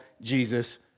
Jesus